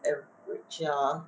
average ya